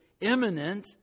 imminent